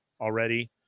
already